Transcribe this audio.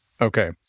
Okay